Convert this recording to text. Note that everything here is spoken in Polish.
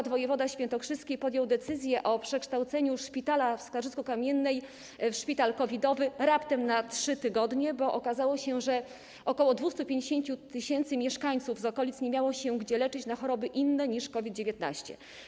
Np. wojewoda świętokrzyski podjął decyzję o przekształceniu szpitala w Skarżysku-Kamiennej w szpital COVID-owy raptem na 3 tygodnie, bo okazało się, że ok. 250 tys. mieszkańców z okolic nie miało się gdzie leczyć na choroby inne niż COVID-19.